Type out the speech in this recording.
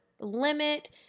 limit